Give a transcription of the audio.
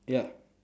ya